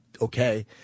okay